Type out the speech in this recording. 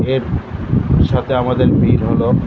এর সাথে আমাদের মিল হল